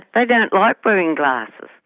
ah don't like wearing glasses.